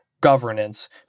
governance